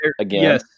again